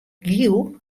giel